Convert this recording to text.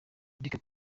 eric